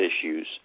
issues